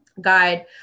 guide